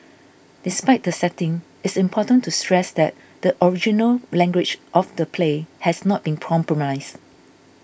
despite the setting it's important to stress that the original language of the play has not been